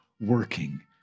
working